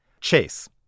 Chase